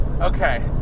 Okay